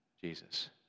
Jesus